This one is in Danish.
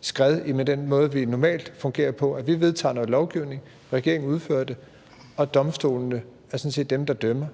skred i forhold til den måde, som det normalt fungerer på, hvor vi vedtager noget lovgivning, regeringen udfører det, og domstolene sådan set er dem, der dømmer.